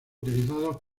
utilizados